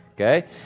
Okay